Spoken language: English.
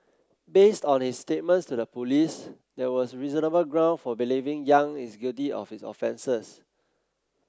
based on his statements to the police there was reasonable ground for believing Yang is guilty of his offences